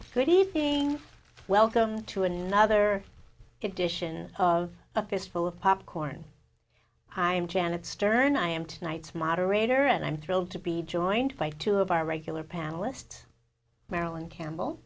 city thing welcome to another edition of a fistful of popcorn i'm janet stern i am tonight's moderator and i'm thrilled to be joined by two of our regular panelists marilyn campbell